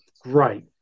great